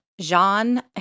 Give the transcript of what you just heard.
Jean